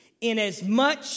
inasmuch